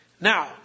Now